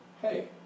Hey